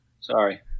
Sorry